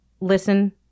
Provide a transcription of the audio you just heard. Listen